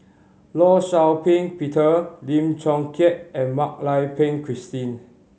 Law Shau Ping Peter Lim Chong Keat and Mak Lai Peng Christine